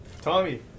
Tommy